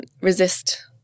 resist